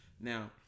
Now